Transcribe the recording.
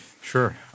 Sure